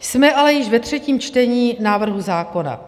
Jsme ale již ve třetím čtení návrhu zákona.